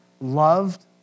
Loved